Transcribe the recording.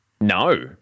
No